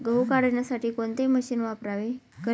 गहू काढण्यासाठी कोणते मशीन वापरावे?